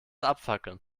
abfackeln